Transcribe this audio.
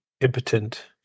impotent